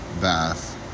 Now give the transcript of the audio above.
bath